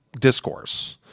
discourse